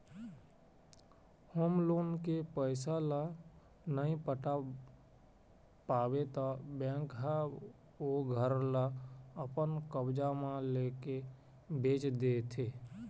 home loan के पइसा ल नइ पटा पाबे त बेंक ह ओ घर ल अपन कब्जा म लेके बेंच देथे